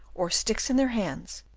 or sticks in their hands,